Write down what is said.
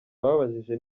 babajije